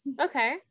Okay